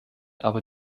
aber